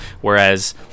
whereas